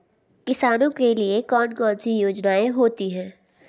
किसानों के लिए कौन कौन सी योजनायें होती हैं?